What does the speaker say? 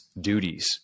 duties